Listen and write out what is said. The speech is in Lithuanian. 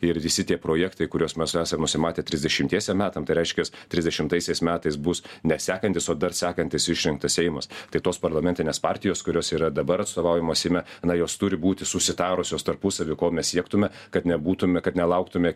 ir visi tie projektai kuriuos mes esam nusimatę trisdešimtiesiem metam tai reiškias trisdešimtaisiais metais bus ne sekantis o dar sekantis išrinktas seimas tai tos parlamentinės partijos kurios yra dabar atstovaujamos seime na jos turi būti susitarusios tarpusavy ko mes siektume kad nebūtum kad nelauktume